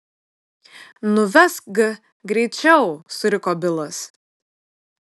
nuvesk g greičiau suriko bilas